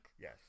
Yes